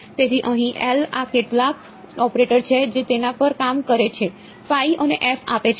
તેથી અહીં આ કેટલાક ઓપરેટર છે જે તેના પર કામ કરે છે અને આપે છે